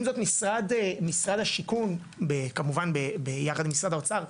עם זאת משרד השיכון ביחד עם משרד האוצר,